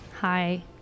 Hi